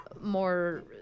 more